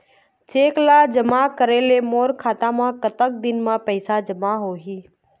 Cheque ला जमा करे ले मोर खाता मा कतक दिन मा पैसा जमा होही?